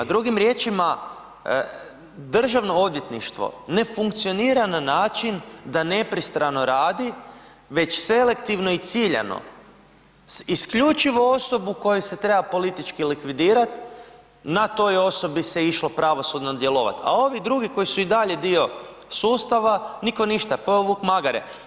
Drugim riječima državno odvjetništvo ne funkcionira na način da nepristrano radi već selektivno i ciljano, isključivo osobu koju se treba politički likvidirat na toj osobi se išlo pravosudno djelovat, a ovi drugi koji su i dalje dio sustava nitko ništa, pojeo vuk magare.